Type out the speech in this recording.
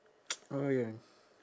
oh ya